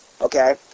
okay